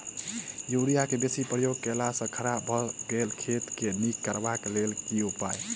Urea केँ बेसी प्रयोग केला सऽ खराब भऽ गेल खेत केँ नीक करबाक लेल की उपाय?